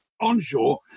Onshore